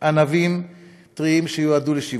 וענבים טריים שיועדו לשיווק.